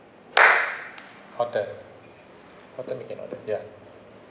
hotel hotel make an order ya